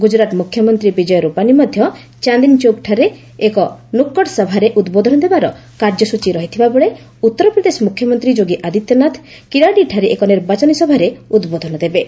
ଗୁଜୁରାଟ ମୁଖ୍ୟମନ୍ତ୍ରୀ ବିଜୟ ରୂପାନୀ ମଧ୍ୟ ଚାନ୍ଦିନୀଚୌକଠାରେ ଏକ ନୂକଡ ସଭାରେ ଉଦ୍ବୋଧନ ଦେବାର କାର୍ଯ୍ୟସ୍ଟଚୀ ରହିଥିବାବେଳେ ଉତ୍ତରପ୍ରଦେଶ ମ୍ରଖ୍ୟମନ୍ତ୍ରୀ ଯୋଗୀ ଆଦିତ୍ୟନାଥ କିରାଡିଠାରେ ଏକ ନିର୍ବାଚନ ସଭାରେ ଉଦ୍ବୋଧନ ଦେବେ